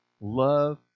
Love